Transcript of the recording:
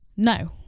No